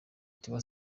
tiwa